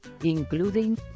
including